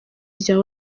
rya